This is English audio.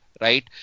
Right